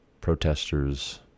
protesters